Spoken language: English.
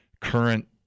current